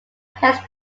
head